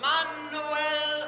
Manuel